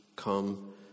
come